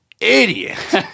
idiot